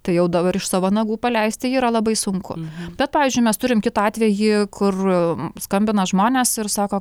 tai jau dabar iš savo nagų paleisti jį yra labai sunku bet pavyzdžiui mes turim kitą atvejį kur skambina žmonės ir sako